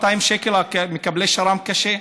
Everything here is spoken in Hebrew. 200 שקל רק למקבלי שר"ם קשה,